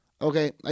Okay